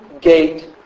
Gate